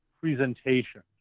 presentation